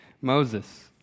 Moses